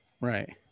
Right